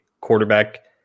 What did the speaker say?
quarterback